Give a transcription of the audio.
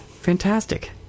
Fantastic